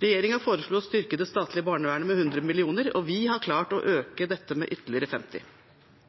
Regjeringen foreslo å styrke det statlige barnevernet med 100 mill. kr, og vi har klart å øke dette med ytterligere 50